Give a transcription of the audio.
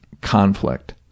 conflict